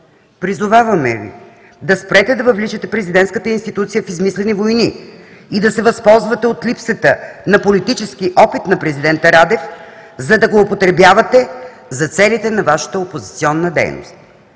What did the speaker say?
Призоваваме Ви да спрете да въвличате президентската институция в измислени войни и да се възползвате от липсата на политически опит на президента Радев, за да го употребявате за целите на Вашата опозиционна дейност.